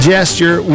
Gesture